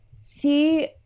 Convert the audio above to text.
see